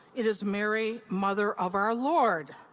it is mary, mother of our lord.